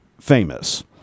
famous